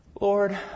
Lord